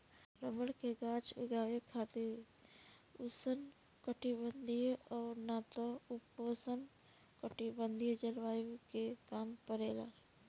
rubber के गाछ उगावे खातिर उष्णकटिबंधीय और ना त उपोष्णकटिबंधीय जलवायु के काम परेला